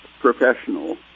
professional